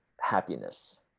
happiness